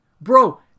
Bro